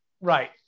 right